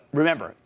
remember